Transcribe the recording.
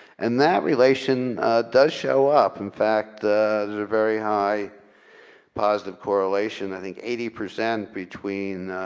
and that relation does show up. in fact, there's a very high positive correlation. i think eighty percent between